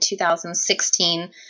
2016